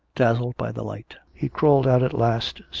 dazzled by the light. he crawled out at last,